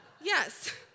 Yes